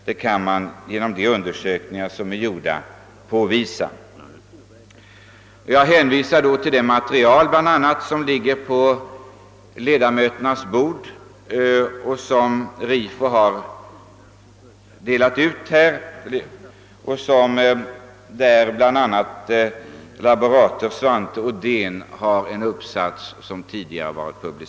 Detta har man kunnat påvisa genom gjorda undersökningar. Jag hänvisar härvid bl a. till det material från RIFO, vilket har delats ut till kammarens ledamöter och i vilket det bl.a. återges en tidigare publicerad uppsats av laborator Svante Odén.